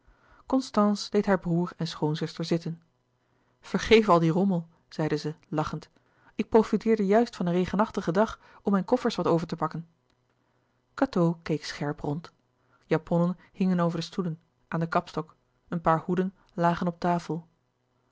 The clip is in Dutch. constance deed haar broêr en schoonzuster zitten vergeef al die rommel zeide zij lachend ik profiteerde juist van een regenachtigen dag om mijn koffers wat over te pakken cateau keek scherp rond japonnen hingen over de stoelen aan den kapstok een paar hoeden lagen op tafel